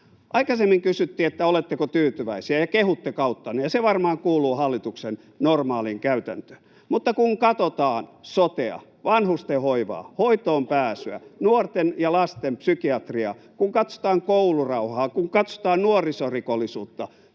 Aikaisemmin kysyttiin, oletteko tyytyväisiä, ja kehuitte kauttanne, ja se varmaan kuuluu hallituksen normaaliin käytäntöön. Mutta kun katsotaan sotea, vanhustenhoivaa, hoitoonpääsyä, nuorten ja lasten psykiatriaa, kun katsotaan koulurauhaa tai kun katsotaan nuorisorikollisuutta,